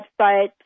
website